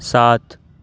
ساتھ